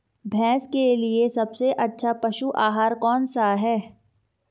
भैंस के लिए सबसे अच्छा पशु आहार कौनसा है?